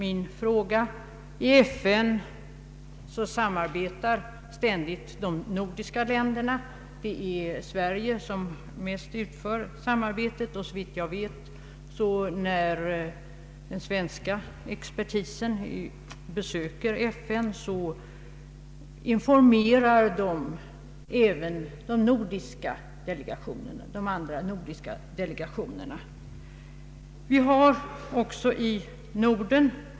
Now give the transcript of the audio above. I FN samarbetar som bekant de nordiska länderna, och jag kommer här, herr talman, till min egentliga fråga. Det är oftast Sverige som är sammankallande i denna fråga, och såvitt jag vet brukar svensk expertis informera även de andra nordiska delegationerna i FN.